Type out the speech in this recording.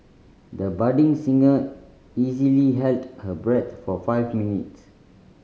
the budding singer easily held her breath for five minutes